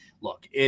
look